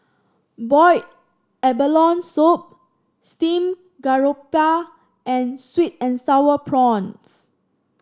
Boiled Abalone Soup Steamed Garoupa and sweet and sour prawns